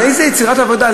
על איזה יצירת עבודה?